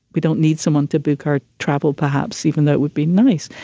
we don't need someone to be car travel, perhaps even that would be nice.